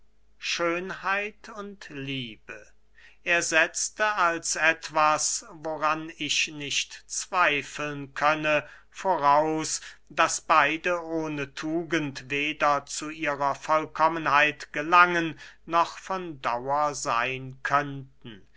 schönheit und liebe er setzte als etwas woran ich nicht zweifeln könne voraus daß beide ohne tugend weder zu ihrer vollkommenheit gelangen noch von dauer seyn könnten